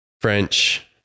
French